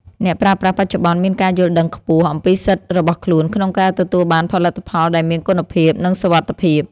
អ្នកប្រើប្រាស់បច្ចុប្បន្នមានការយល់ដឹងខ្ពស់អំពីសិទ្ធិរបស់ខ្លួនក្នុងការទទួលបានផលិតផលដែលមានគុណភាពនិងសុវត្ថិភាព។